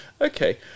Okay